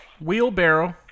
Wheelbarrow